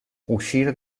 uscire